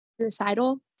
suicidal